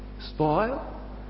Spoil